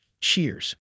Cheers